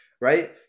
right